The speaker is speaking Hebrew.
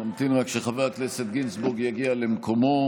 נמתין רק שחבר הכנסת גינזבורג יגיע למקומו